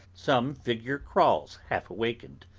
some figure crawls half-awakened,